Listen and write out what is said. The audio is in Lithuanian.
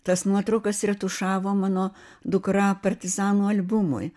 tas nuotraukas retušavo mano dukra partizanų albumui